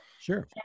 Sure